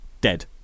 dead